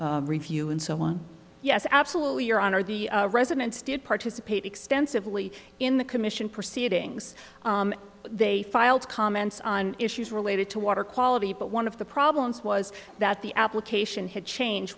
mental review and so on yes absolutely your honor the residents did participate extensively in the commission proceedings they filed comments on issues related to water quality but one of the problems was that the application had changed